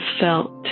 felt